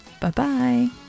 Bye-bye